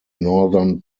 northern